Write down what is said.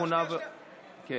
אתה